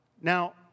Now